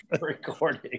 recording